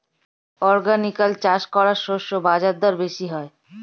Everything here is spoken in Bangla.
অর্গানিকালি চাষ করা শস্যের বাজারদর বেশি হয়